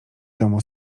domu